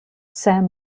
saint